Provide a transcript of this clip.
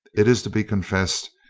it is to be confessed,